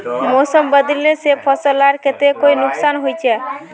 मौसम बदलिले से फसल लार केते कोई नुकसान होचए?